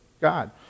God